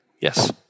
Yes